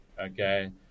okay